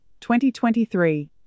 2023